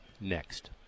Next